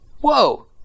Whoa